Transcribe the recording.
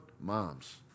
Moms